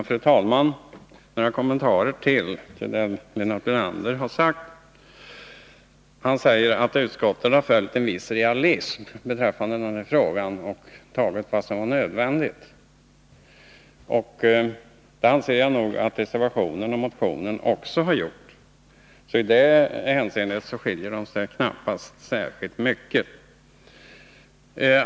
Fru talman! Jag vill göra några kommentarer till Lennart Brunanders anförande. Han sade att utskottet har visat en viss realism och tagit fasta på vad som är nödvändigt. Enligt min mening gäller detta också motionen och reservationen. I det hänseendet är det inte någon särskilt stor skillnad.